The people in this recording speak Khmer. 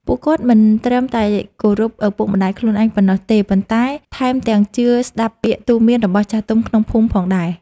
ពួកគាត់មិនត្រឹមតែគោរពឪពុកម្តាយខ្លួនឯងប៉ុណ្ណោះទេ ប៉ុន្តែថែមទាំងជឿស្តាប់ពាក្យទូន្មានរបស់ចាស់ទុំក្នុងភូមិផងដែរ។